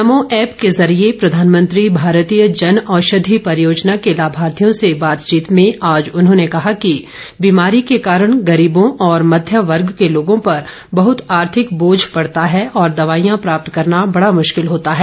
नमो app के जरिये प्रधानमंत्री भारतीय जन औषधि परियोजना के लाभार्थियों से बातचीत में आज उन्होंने कहा कि बीमारी के कारण गरीबों और मध्य वर्ग के लोगों पर बहत आर्थिक बोझ पडता है और दवाईयां प्राप्त करना बड़ा मुश्किल होता है